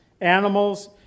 animals